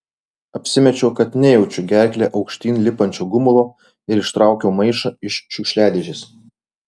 apsimečiau kad nejaučiu gerkle aukštyn lipančio gumulo ir ištraukiau maišą iš šiukšliadėžės